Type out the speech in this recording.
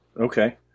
Okay